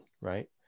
right